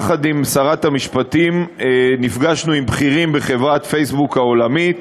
יחד עם שרת המשפטים נפגשנו עם בכירים בחברת פייסבוק העולמית